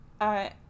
I